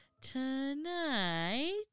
Tonight